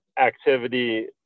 activity